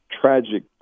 tragic